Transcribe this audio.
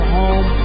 home